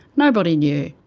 nobody knew.